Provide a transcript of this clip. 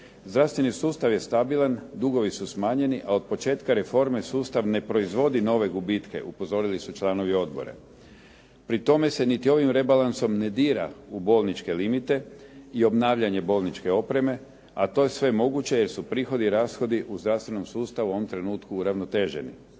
Zdravstveni sustav je stabilan, dugovi su smanjeni, a od početka reforme sustav ne proizvodi nove gubitke upozorili su članovi odbora. Pri tome se niti ovim rebalansom ne dira u bolničke limite i obnavljanje bolničke opreme, a to je sve moguće jer su prihodi i rashodi u zdravstvenom sustavu u ovom trenutku uravnoteženi.